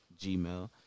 Gmail